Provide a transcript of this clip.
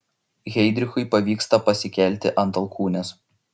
heidrichui pavyksta pasikelti ant alkūnės